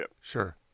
Sure